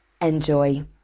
enjoy